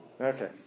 Okay